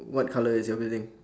what colour is your building